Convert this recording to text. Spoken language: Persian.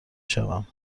شوم